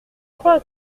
crois